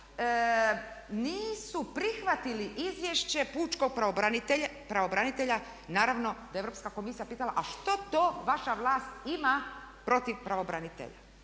Nisu prihvatili izvješće pučkog pravobranitelja. Naravno da je Europska komisija pitala a što to vaša vlast ima protiv pravobranitelja.